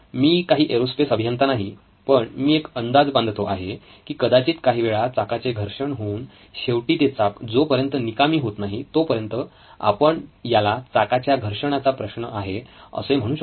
मी काही एरोस्पेस अभियंता नाही पण मी एक अंदाज बांधतो आहे की कदाचित काही वेळा चाकाचे घर्षण होऊन शेवटी ते चाक जोपर्यंत निकामी होत नाही तोपर्यंत आपण याला चाकाच्या घर्षणाचा प्रश्न आहे असे म्हणू शकतो